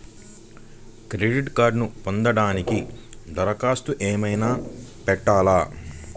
Credit కార్డ్ను పొందటానికి దరఖాస్తు ఏమయినా పెట్టాలా?